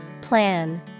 Plan